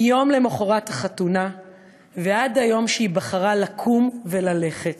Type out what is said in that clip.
מיום למחרת החתונה ועד היום שהיא בחרה לקום וללכת,